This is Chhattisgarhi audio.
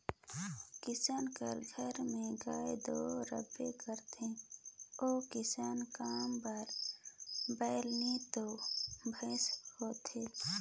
किसान कर घर में गाय दो रहबे करथे अउ किसानी काम बर बइला नी तो भंइसा होथे